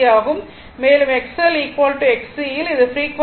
மேலும் XL XC இல் இது ஃப்ரீக்வன்சி